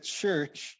church